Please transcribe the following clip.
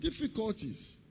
difficulties